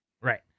Right